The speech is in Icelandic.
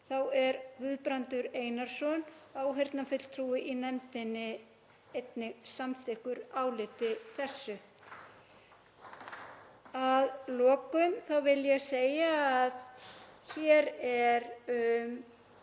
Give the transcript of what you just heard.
Þá er Guðbrandur Einarsson, áheyrnarfulltrúi í nefndinni, einnig samþykkur áliti þessu. Að lokum vil ég segja að hér er um